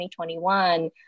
2021